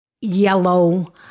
yellow